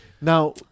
Now